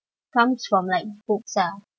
comes from like books ah